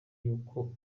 y’uko